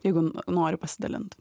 jeigu nori pasidalint